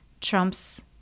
trumps